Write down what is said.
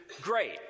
great